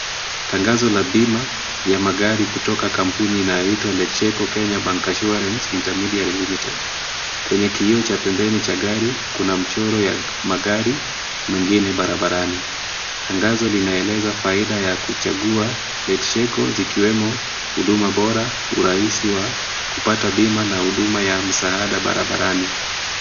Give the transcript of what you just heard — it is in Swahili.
Tangazo la bima ya magari kutoka kampuni inayoitwa Letshego Kenya Bank Assurance intermediary Limited. Kwenye kioo cha pembeni cha gari kuna mchoro ya magari mengine barabarani. Tangazo linaeleza faida ya kuchagua Letshego zikiwemo huduma bora, urahisi wa kupata bima na huduma ya msaada barabarani.